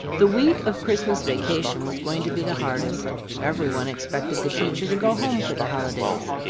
the week of christmas vacation was going to be the hardest everyone expected the teacher to go home for the holidays.